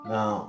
Now